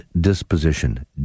disposition